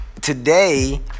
today